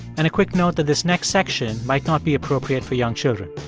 and a quick note that this next section might not be appropriate for young children